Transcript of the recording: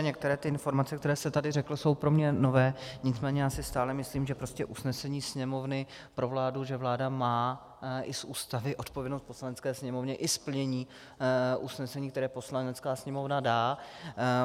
Některé informace, které jste tady řekl, jsou pro mě nové, nicméně já si stále myslím, že prostě usnesení Sněmovny pro vládu, že vláda má i z Ústavy odpovědnost Poslanecké sněmovně i z plnění usnesení, které Poslanecká sněmovna dá.